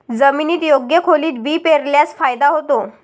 जमिनीत योग्य खोलीत बी पेरल्यास फायदा होतो